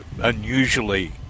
unusually